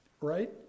right